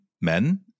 men